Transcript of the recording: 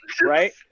Right